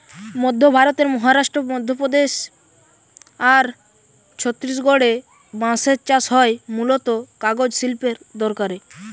মধ্য ভারতের মহারাষ্ট্র, মধ্যপ্রদেশ আর ছত্তিশগড়ে বাঁশের চাষ হয় মূলতঃ কাগজ শিল্পের দরকারে